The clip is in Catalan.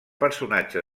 personatge